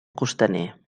costaner